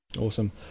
awesome